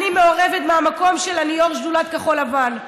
אני מעורבת מהמקום שאני יו"ר שדולת כחול-לבן.